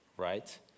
right